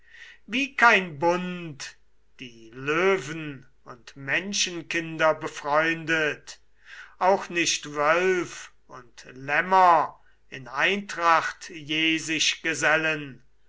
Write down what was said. wie kein bund die löwen und menschenkinder befreundet auch nicht wölf und lämmer in eintracht je sich gesellen